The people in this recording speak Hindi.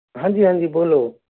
हाँ जी हाँ जी बोलो